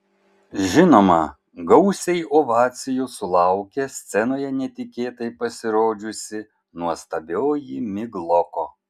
žinoma gausiai ovacijų sulaukė scenoje netikėtai pasirodžiusi nuostabioji migloko